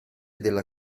della